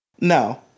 No